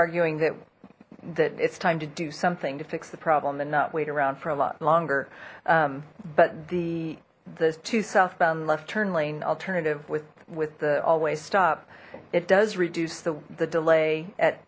arguing that that it's time to do something to fix the problem and not wait around for a lot longer but the the two southbound left turn lane alternative with with the always stop it does reduce the delay at